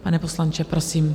Pane poslanče, prosím.